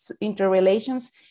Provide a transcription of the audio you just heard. interrelations